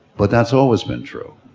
but that's always been true.